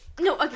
no